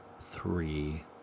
three